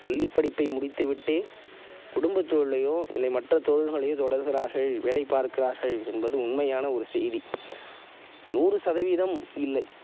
பள்ளிப் படிப்பை முடித்து விட்டு குடும்பத்தொழிலையோ இல்லை மற்ற தொழில்களைத் தொடர்கிறார்கள் வேலைப் பார்க்கிறார்கள் என்பது உண்மையான ஒரு செய்தி நூறு சதவீதம் இல்லை